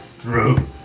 Drew